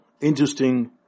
interesting